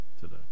today